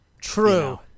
true